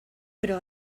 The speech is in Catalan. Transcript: però